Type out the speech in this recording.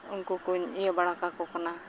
ᱩᱱᱠᱩ ᱠᱚᱧ ᱤᱭᱟᱹ ᱵᱟᱲᱟ ᱠᱟᱠᱚ ᱠᱟᱱᱟ